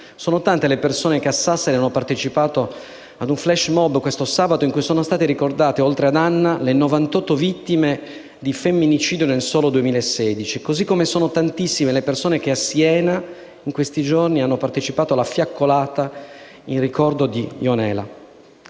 Sono tante le persone che a Sassari, lo scorso sabato, hanno partecipato ad un *flash mob* in cui sono state ricordate, oltre ad Anna, le 98 donne vittime di femminicidio nel solo 2016, così come sono tantissime le persone che a Siena, in questi giorni, hanno partecipato alla fiaccolata in ricordo di Ionela.